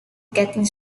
getting